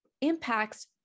impacts